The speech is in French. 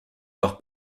leur